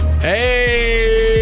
Hey